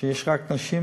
שיש רק נשים,